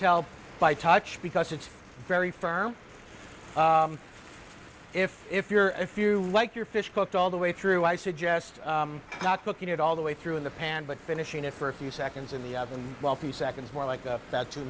tell by touch because it's very firm if if you're if you like your fish cooked all the way through i suggest not cooking it all the way through in the pan but finishing it for a few seconds in the them while few seconds more like that two